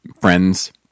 friends